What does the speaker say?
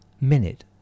minute